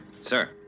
Sir